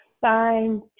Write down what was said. fine